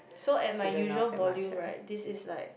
so and my usual volume right this is like